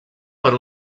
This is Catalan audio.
per